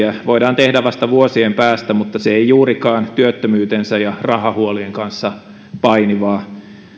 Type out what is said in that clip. voidaan tehdä vasta vuosien päästä mutta se ei juurikaan työttömyytensä ja rahahuolien kanssa painivaa